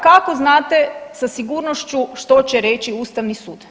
Kako znate sa sigurnošću što će reći Ustavni sud?